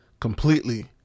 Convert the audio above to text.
completely